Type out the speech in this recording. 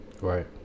Right